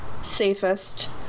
safest